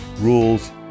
rules